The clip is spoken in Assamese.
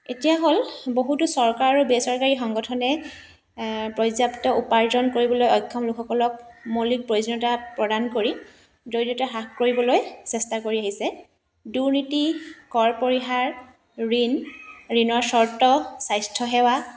এতিয়া হ'ল বহুতো চৰকাৰ আৰু বেচৰকাৰী সংগঠনে পৰ্যাপ্ত উপাৰ্জন কৰিবলে অক্ষম লোকসকলক মৌলিক প্ৰয়োজনীয়তা প্ৰদান কৰি দৰিদ্ৰতা হ্ৰাস কৰিবলৈ চেষ্টা কৰি আহিছে দুৰ্নীতি কৰ পৰিহাৰ ঋণ ঋণৰ চৰ্ত স্বাস্থ্যসেৱা